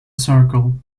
circle